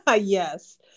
Yes